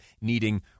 needing